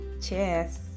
Cheers